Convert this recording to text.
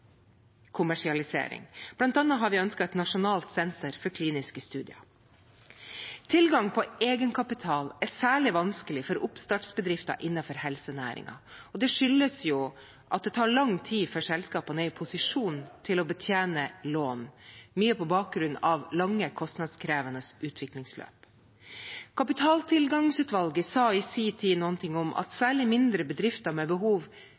kommersialisering. Blant annet har vi ønsket et nasjonalt senter for kliniske studier. Tilgang på egenkapital er særlig vanskelig for oppstartsbedrifter innenfor helsenæringen. Det skyldes at det tar lang tid før selskapene er i posisjon til å betjene lån, mye på bakgrunn av lange, kostnadskrevende utviklingsløp. Kapitaltilgangsutvalget sa i sin tid noe om at særlig mindre bedrifter med behov